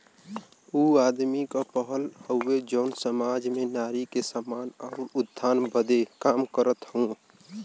ऊ आदमी क पहल हउवे जौन सामाज में नारी के सम्मान आउर उत्थान बदे काम करत हौ